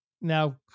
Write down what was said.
now